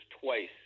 twice